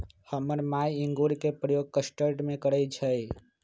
हमर माय इंगूर के प्रयोग कस्टर्ड में करइ छै